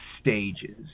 stages